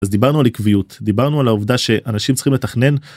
אז דיברנו על עקביות דיברנו על העובדה שאנשים צריכים לתכנן.